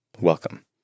Welcome